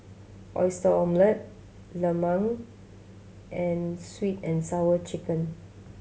Oyster Omelette lemang and Sweet And Sour Chicken